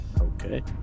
Okay